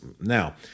Now